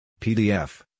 PDF